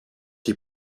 die